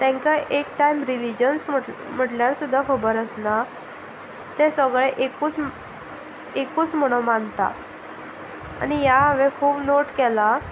तांकां एक time religions म्हटल्यार सुद्दां खबर आसना तें सगळें एकूच एकूच म्हणून मानता आनी ह्या हांवें खूब नोट केलां